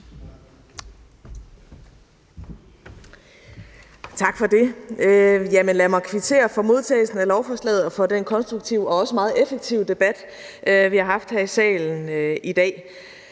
Tak for det. Lad mig kvittere for modtagelsen af lovforslaget og for den konstruktive og også meget effektive debat, vi har haft her i salen i dag.